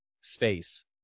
space